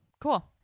Cool